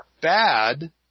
bad